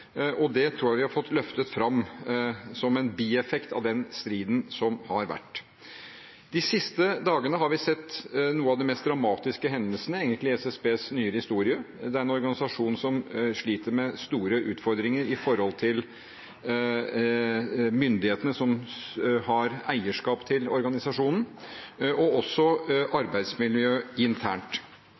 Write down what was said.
Det tror jeg vi har fått løftet fram som en bieffekt av den striden som har vært. De siste dagene har vi egentlig sett noen av de mest dramatiske hendelsene i SSBs nyere historie. Det er en organisasjon som sliter med store utfordringer i forhold til myndighetene, som har eierskap til organisasjonen, og også arbeidsmiljøet internt.